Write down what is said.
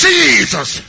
Jesus